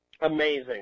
Amazing